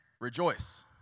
rejoice